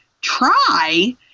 try